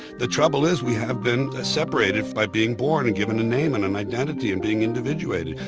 the trouble is we have been ah separated by being born and given a name and an identity and being individuated.